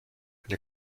eine